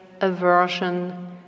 aversion